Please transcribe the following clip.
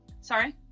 sorry